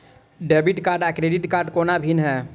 Debit card आ credit कोना भिन्न है?